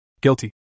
Guilty